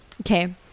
Okay